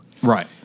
Right